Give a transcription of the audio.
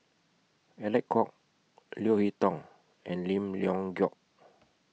Alec Kuok Leo Hee Tong and Lim Leong Geok